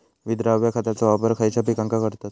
विद्राव्य खताचो वापर खयच्या पिकांका करतत?